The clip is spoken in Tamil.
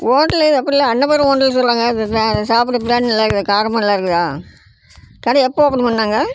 ஹோட்டலு எப்பிட்ல அன்னபூர்ணா ஹோட்டல் சொல்வாங்க அது என்ன சாப்பிட்றத்துக்கான்னு நல்லா இருக்குதா காரமா நல்லா இருக்குதா கடை எப்போ ஓப்பன் பண்ணாங்க